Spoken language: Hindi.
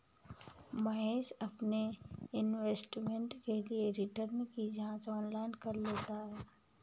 महेश अपने इन्वेस्टमेंट के लिए रिटर्न की जांच ऑनलाइन कर लेता है